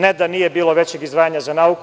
Ne da nije bilo većih izdvajanja za nauku.